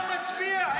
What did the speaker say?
איך אתה לא מצביע, איך?